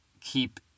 keep